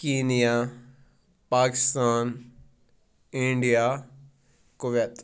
Kenya Pakistan India Kuwait